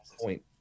point